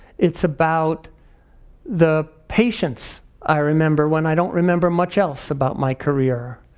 it's about the patients i remember when i don't remember much else about my career.